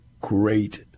great